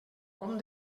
com